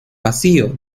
vacío